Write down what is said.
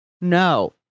no